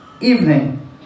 evening